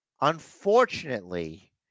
Unfortunately